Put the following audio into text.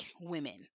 women